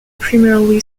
primarily